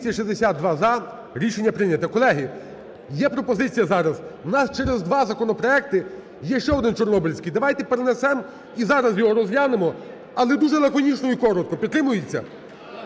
За-262 Рішення прийнято. Колеги, є пропозиція зараз, в нас через два законопроекти є ще один чорнобильський, давайте перенесемо і зараз його розглянемо, але дуже лаконічно і коротко. Підтримується?